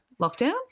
lockdown